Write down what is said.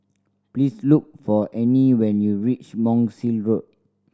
please look for Anie when you reach Monk's Road